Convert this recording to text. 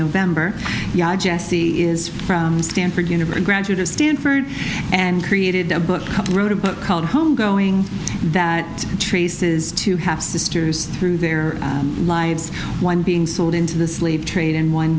november jessie is from stanford university graduate of stanford and created the book wrote a book called home going that traces two half sisters through their lives one being sold into the slave trade and one